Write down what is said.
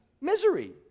misery